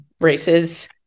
races